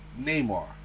Neymar